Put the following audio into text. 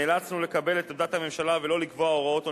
נאלצנו לקבל את עמדת הממשלה ולא לקבוע הוראות עונשיות.